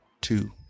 Two